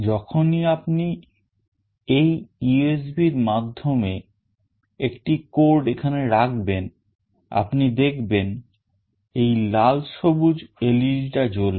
যখনই আপনি এই USB এর মাধ্যমে একটি code এখানে রাখবেন আপনি দেখবেন এই লাল সবুজ LED টা জ্বলবে